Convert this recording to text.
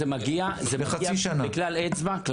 זה מגיע מכלל אצבע.